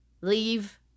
leave